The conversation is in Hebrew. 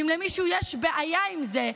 ואם למישהו יש בעיה עם זה,